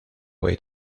way